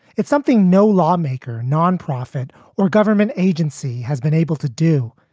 if something no lawmaker, non-profit or government agency has been able to do,